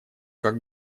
как